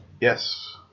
Yes